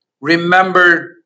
remember